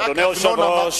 עובד.